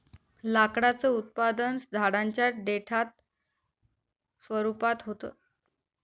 लाकडाचं उत्पादन झाडांच्या देठात दुय्यम स्वरूपात होत